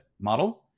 model